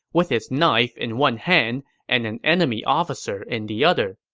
with his knife in one hand and an enemy officer in the other.